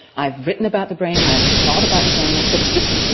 i've written about the brain, i've thought about the brain but just, you